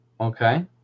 Okay